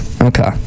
Okay